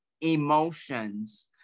emotions